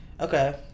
Okay